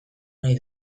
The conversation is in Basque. nahi